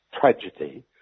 tragedy